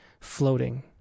floating